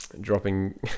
dropping